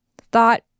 thought